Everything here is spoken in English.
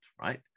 right